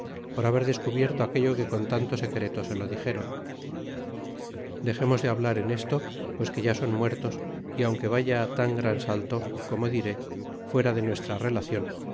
por haber descubierto aquello que con tanto secreto se lo dixéron dexemos de hablar en esto pues que ya son muertos y aunque vaya tan gran salto como diré fuera de nuestra relacion